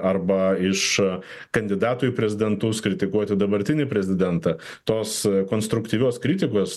arba iš kandidatų į prezidentus kritikuoti dabartinį prezidentą tos konstruktyvios kritikos